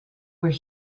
where